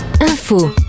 Infos